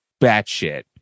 batshit